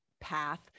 path